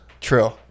True